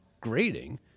grading